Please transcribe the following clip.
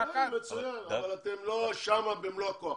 מצוין, אבל אתם לא שם במלוא הכוח.